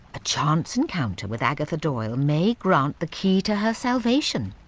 a chance encounter with agatha doyle may grant the key to her salvation